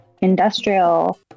industrial